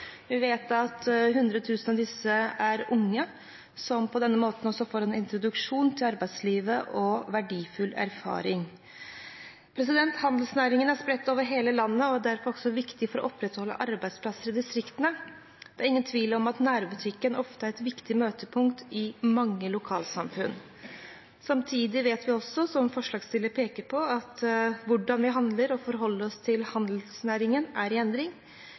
Vi vet at 100 000 av disse er unge, som på denne måten får en introduksjon til arbeidslivet og får verdifull erfaring. Handelsnæringen er spredt over hele landet og er derfor viktig for å opprettholde arbeidsplasser i distriktene. Det er ingen tvil om at nærbutikken ofte er et viktig møtepunkt i mange lokalsamfunn. Samtidig vet vi også, som forslagstillerne peker på, at hvordan vi handler og forholder oss til handelsnæringen, er i endring.